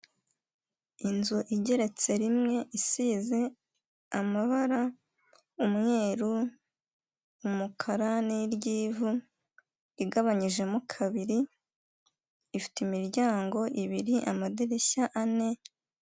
Inzu igeretse rimwe isize amabara umweru, umukara n'iryivu igabanyijemo kabiri ifite imiryango ibiri amadirishya ane.